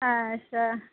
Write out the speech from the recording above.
अच्छा